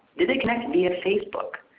did they connect via facebook?